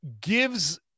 gives